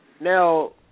Now